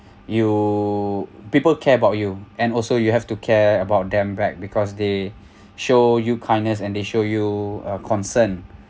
you people care about you and also you have to care about them back because they show you kindness and they show you uh concern